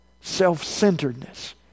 self-centeredness